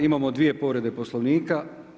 Imamo dvije povrede Poslovnika.